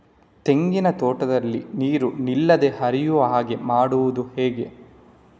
ತೆಂಗಿನ ತೋಟದಲ್ಲಿ ನೀರು ನಿಲ್ಲದೆ ಹರಿಯುವ ಹಾಗೆ ಮಾಡುವುದು ಹೇಗೆ?